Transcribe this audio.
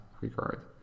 regard